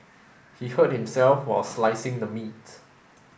he hurt himself while slicing the meat